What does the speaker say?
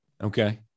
Okay